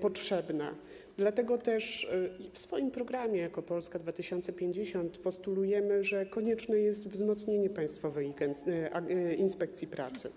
potrzebna, dlatego też w swoim programie jako Polska 2050 postulujemy konieczność wzmocnienia Państwowej Inspekcji Pracy.